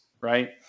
right